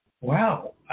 Wow